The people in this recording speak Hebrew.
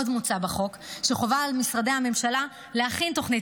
עוד מוצע בחוק שחובה על משרדי הממשלה להכין תוכנית